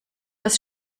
das